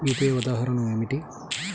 UPI ఉదాహరణ ఏమిటి?